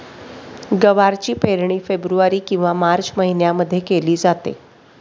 गवारची पेरणी फेब्रुवारी किंवा मार्चमध्ये केली जाते